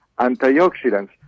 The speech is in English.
antioxidants